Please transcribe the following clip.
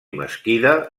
mesquida